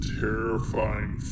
terrifying